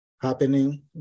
happening